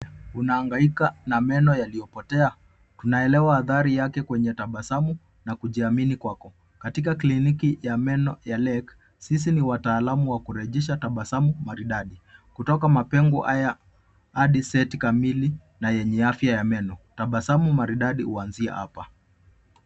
Unaangaika na meno yaliopotea, tunaelewa hatari yake kwenye tabasamu na kujiamini kwako. Katika kliniki ya meno ya Lake, sisi ni wataalum wa kurejesha tabasamu maridadi, kutoka mapengo haya hadi seti kamili na enye afya ya meno, tabasamu maridadi uanzia hapa.